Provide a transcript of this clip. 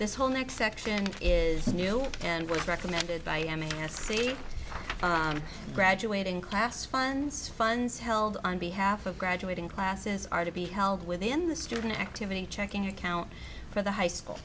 this whole next section is and work recommended by amie see graduating class funds funds held on behalf of graduating classes are to be held within the student activity checking account for the high school